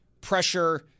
pressure